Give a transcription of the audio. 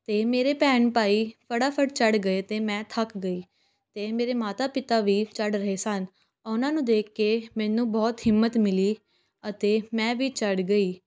ਅਤੇ ਮੇਰੇ ਭੈਣ ਭਾਈ ਫਟਾਫਟ ਚੜ੍ਹ ਗਏ ਅਤੇ ਮੈਂ ਥੱਕ ਗਈ ਅਤੇ ਮੇਰੇ ਮਾਤਾ ਪਿਤਾ ਵੀ ਚੜ੍ਹ ਰਹੇ ਸਨ ਉਹਨਾਂ ਨੂੰ ਦੇਖ ਕੇ ਮੈਨੂੰ ਬਹੁਤ ਹਿੰਮਤ ਮਿਲੀ ਅਤੇ ਮੈਂ ਵੀ ਚੜ੍ਹ ਗਈ